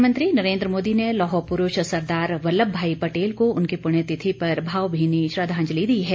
प्रधानमंत्री नरेन्द्र मोदी ने लौह पुरुष सरदार वल्लभभाई पटेल को उनकी पुण्यतिथि पर भावभीनी श्रंद्धाजलि दी है